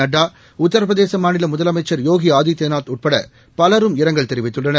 நட்டா உத்தரபிரதேசமாநிலமுதலமைச்சர் யோகிஆதித்யநாத் உட்படபலரும் இரங்கல் தெரிவித்துள்ளனர்